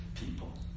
People